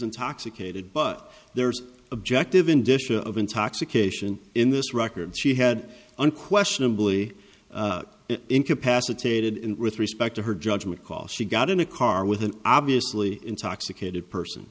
intoxicated but there's objective in disha of intoxication in this record she had unquestionably incapacitated in with respect to her judgment call she got in a car with an obviously intoxicated person